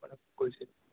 অলপ গৈছে